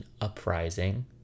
uprising